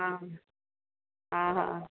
हा हा हा